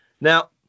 Now